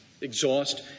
exhaust